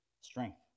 strength